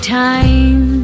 time